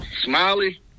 Smiley